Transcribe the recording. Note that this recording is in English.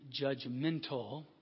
judgmental